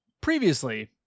previously